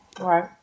Right